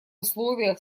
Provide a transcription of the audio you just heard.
условиях